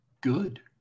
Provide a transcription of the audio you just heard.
good